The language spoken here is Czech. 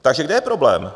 Takže kde je problém?